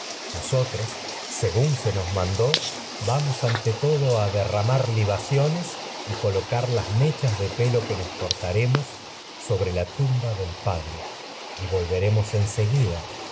nosotros ante según se nos mandó las vamos todo a derramar libaciones y colocar mechas de pelo que nos en cortaremos sóbrela tumba del padre y volveremos seguida